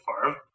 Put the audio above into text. farm